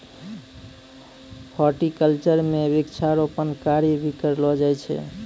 horticulture म वृक्षारोपण कार्य भी करलो जाय छै